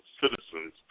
citizens